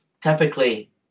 typically